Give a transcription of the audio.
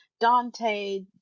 dante